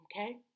Okay